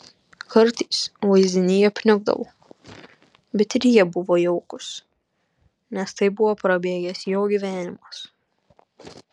kartais vaizdiniai apniukdavo bet ir jie buvo jaukūs nes tai buvo prabėgęs jo gyvenimas